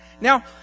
Now